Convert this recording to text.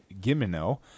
Gimeno